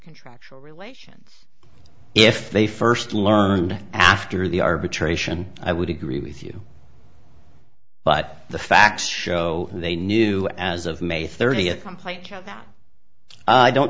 contractual relations if they first learned after the arbitration i would agree with you but the facts show they knew as of may thirtieth complaints about i don't